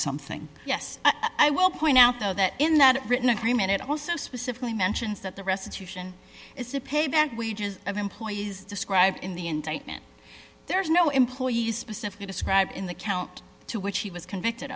something yes i will point out though that in that written agreement it also specifically mentions that the restitution is to pay back wages of employees described in the indictment there's no employees specifically described in the count to which he was convicted